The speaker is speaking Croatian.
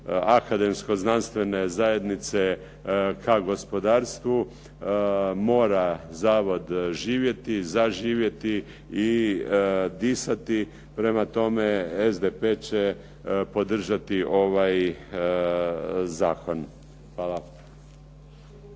akademsko-znanstvene zajednice ka gospodarstvu mora zavod živjeti, zaživjeti i disati, prema tome, SDP će podržati ovaj zakon. Hvala.